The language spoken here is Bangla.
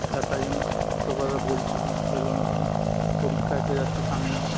স্যার তাই জন্য তোর কথা বলছিলো এলো না কেন পরীক্ষা এসে যাচ্ছে সামনে